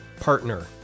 partner